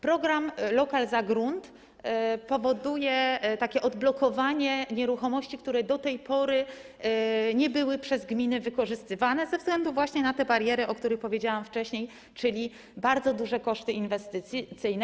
Program: lokal za grunt powoduje takie odblokowanie nieruchomości, możliwości, które do tej pory nie były przez gminy wykorzystywane ze względu właśnie na te bariery, o których powiedziałam wcześniej, czyli bardzo duże koszty inwestycyjne.